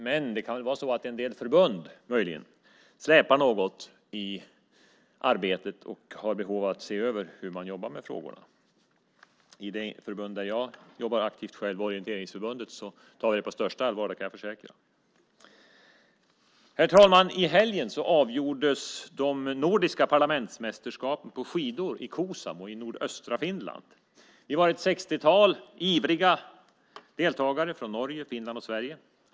Men det kan möjligen vara en del förbund som släpar efter något i arbetet och har behov av att se över hur man jobbar med frågorna. Jag kan försäkra att i det förbund som jag själv jobbar aktivt i, Orienteringsförbundet, tar vi dem på största allvar. Herr talman! I helgen avgjordes de nordiska parlamentsmästerskapen på skidor i Kuusamo i nordöstra Finland. Vi var ett 60-tal ivriga deltagare från Norge, Finland och Sverige.